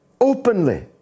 Openly